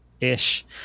ish